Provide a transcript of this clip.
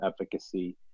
efficacy